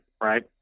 right